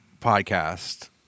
podcast